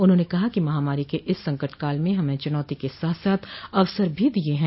उन्होंने कहा कि महामारी के इस संकट काल ने हमें चुनौती के साथ साथ अवसर भी दिए हैं